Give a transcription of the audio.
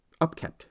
upkept